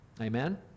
Amen